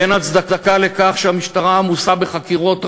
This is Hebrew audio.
ואין הצדקה בכך שהמשטרה עמוסה בחקירות רבות.